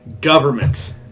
government